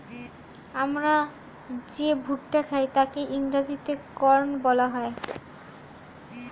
আমরা যে ভুট্টা খাই তাকে ইংরেজিতে কর্ন বলা হয়